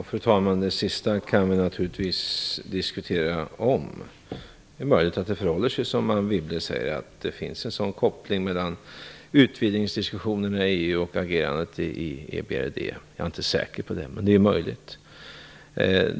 Fru talman! Det sista Anne Wibble sade kan vi naturligtvis diskutera. Det är möjligt att det förhåller sig som Anne Wibble säger, nämligen att det finns en sådan koppling mellan utvidgningsdiskussionerna i EU och agerandet i EBRD. Jag är inte säker på det, men det är möjligt.